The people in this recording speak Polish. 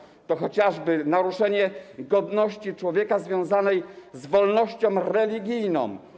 Chodzi tu chociażby o naruszenie godności człowieka związanej z wolnością religijną.